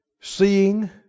Seeing